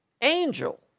angel